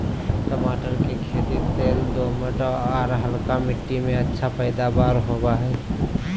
टमाटर के खेती लेल दोमट, आर हल्का मिट्टी में अच्छा पैदावार होवई हई